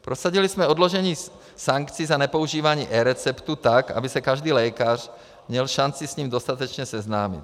Prosadili jsme odložení sankcí za nepoužívání eReceptů, tak aby se každý lékař měl šanci s ním dostatečně seznámit.